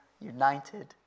united